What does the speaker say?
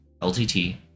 ltt